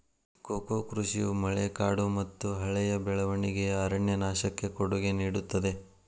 cocoa ಕೃಷಿಯು ಮಳೆಕಾಡುಮತ್ತುಹಳೆಯ ಬೆಳವಣಿಗೆಯ ಅರಣ್ಯನಾಶಕ್ಕೆ ಕೊಡುಗೆ ನೇಡುತ್ತದೆ